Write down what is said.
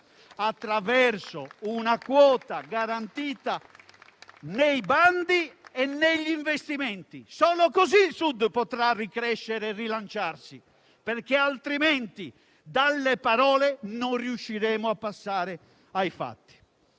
attraverso una quota garantita nei bandi e negli investimenti. Solo così il Sud potrà tornare a crescere e rilanciarsi, perché altrimenti dalle parole non riusciremo a passare ai fatti.